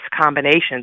combinations